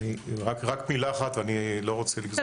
רק מילה אחת, ואני לא רוצה לגזול את הזמן.